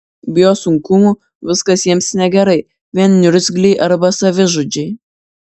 bijo sunkumų viskas jiems negerai vien niurzgliai arba savižudžiai